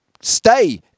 stay